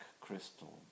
crystal